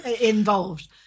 involved